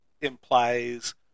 implies